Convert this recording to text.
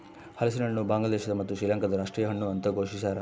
ಹಲಸಿನಹಣ್ಣು ಬಾಂಗ್ಲಾದೇಶ ಮತ್ತು ಶ್ರೀಲಂಕಾದ ರಾಷ್ಟೀಯ ಹಣ್ಣು ಅಂತ ಘೋಷಿಸ್ಯಾರ